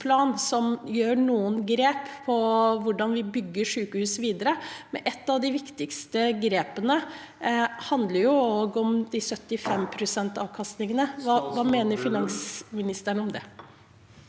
som gjør noen grep med tanke på hvordan vi bygger sykehus videre. Et av de viktigste grepene handler om 75 pst. avkastning. Hva mener ministeren om det?